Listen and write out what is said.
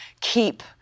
keep